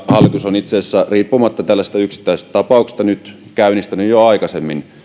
hallitus on itse asiassa riippumatta tällaisista yksittäistapauksista käynnistänyt jo aikaisemmin